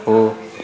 हो